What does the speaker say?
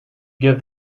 give